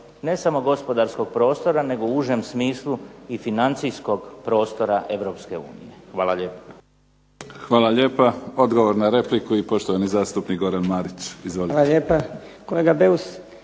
ne samo gospodarskog prostora, nego u užem smislu i financijskog prostora Europske unije. Hvala lijepo. **Mimica, Neven (SDP)** Hvala lijepa. Odgovor na repliku, poštovani zastupnik Goran Marić. Izvolite. **Marić, Goran